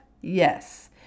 yes